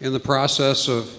in the process of